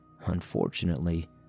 Unfortunately